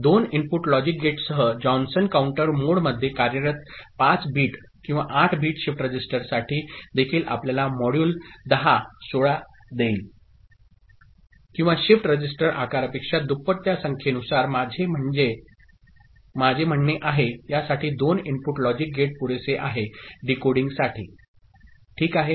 दोन input logic गेटसह Johnson counter मोडमध्ये कार्यरत 5 बिट किंवा 8 बिट शिफ्ट रजिस्टरसाठी देखील आपल्याला मॉड्यूल 10 16 देईल किंवा शिफ्ट रजिस्टर आकारापेक्षा दुप्पट त्या संख्येनुसार माझे म्हणणे आहे यासाठी 2 इनपुट लॉजिक गेट पुरेसे आहे डीकोडिंगसाठी ठीक आहे